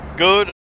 Good